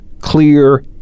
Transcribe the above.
clear